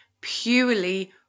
purely